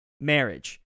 marriage